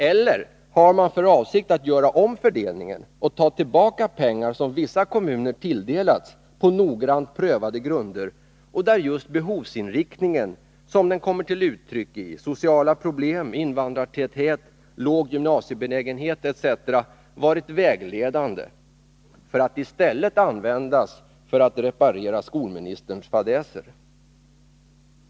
Eller har man för avsikt att göra om fördelningen och ta tillbaka pengar, som vissa kommuner tilldelats på noggrant prövade grunder och där just behovsinriktningen, som den kommer till uttryck i sociala problem, invandrartäthet, låg gymnasiebenägenhet etc., varit vägledande, för att i stället nu användas för att reparera skolministerns fadäser?